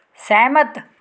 ਸਹਿਮਤ